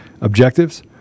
objectives